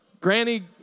Granny